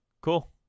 Cool